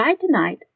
tonight